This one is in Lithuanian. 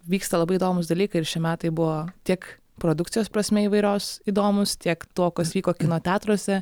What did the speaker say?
vyksta labai įdomūs dalykai ir šie metai buvo tiek produkcijos prasme įvairios įdomūs tiek tuo kas vyko kino teatruose